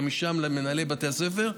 ומשם למנהלי בתי הספר,